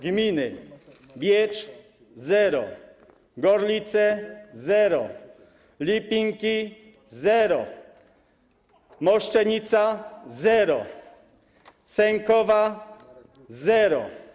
Gminy: Biecz - zero, Gorlice - zero, Lipinki - zero, Moszczenica - zero, Sękowa - zero.